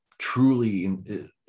truly